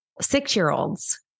six-year-olds